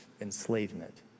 enslavement